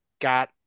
got